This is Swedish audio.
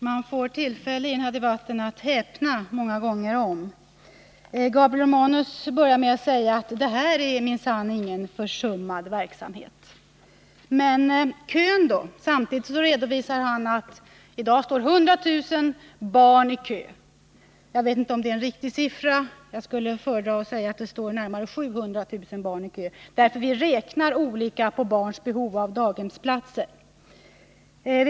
Herr talman! Man får många tillfällen att häpna i den här debatten. Gabriel Romanus började med att säga att det minsann inte är fråga om någon försummad verksamhet. Samtidigt redovisar han att i dag 100 000 barn står i kö på detta område. Jag vet inte om det är en riktig sifferuppgift. Jag skulle föredra att säga att det står närmare 700 000 barn i kö — vi räknar olika på barns behov av daghemsplatser.